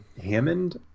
Hammond